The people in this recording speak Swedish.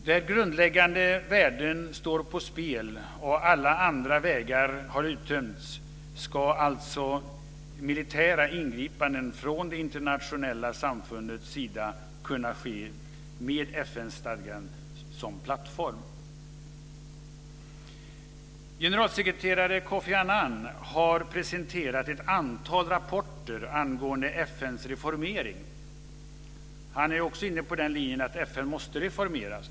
Där grundläggande värden står på spel och alla andra vägar har uttömts ska militära ingripanden från det internationella samfundets sida kunna ske med FN-stadgan som plattform. Generalsekreterare Kofi Annan har presenterat ett antal rapporter angående FN:s reformering. Han är också inne på linjen att FN måste reformeras.